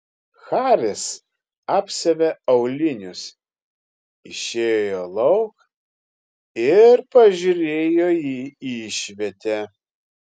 haris apsiavė aulinius išėjo lauk ir pažiūrėjo į išvietę